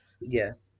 Yes